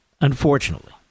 unfortunately